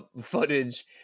footage